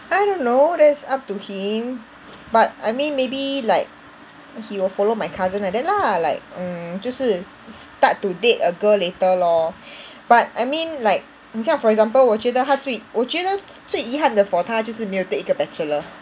I don't know that's up to him but I mean maybe like he will follow my cousin like that lah like mm 就是 start to date a girl later lor but I mean like 你像 for example 我觉得他最我觉得最遗憾的 for 他就是没有 take 一个 bachelor